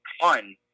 fun